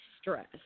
stress